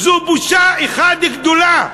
זו בושה אחת גדולה.